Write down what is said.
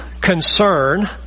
concern